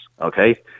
Okay